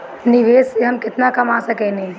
निवेश से हम केतना कमा सकेनी?